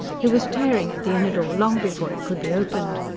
he was tearing at the inner door long before it could be opened.